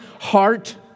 heart